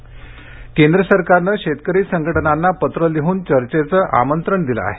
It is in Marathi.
शेतकरी पत्र केंद्र सरकारनं शेतकरी संघटनांना पत्र लिह्न चर्चेचं आमंत्रण दिलं आहे